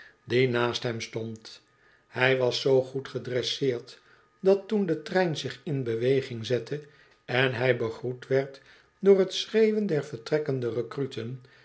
die naast hem stond hij was zoo goed gedresseerd dat toen de trein zich in beweging zette en hij begroet werd door t schreeuwen der vertrekkende recruten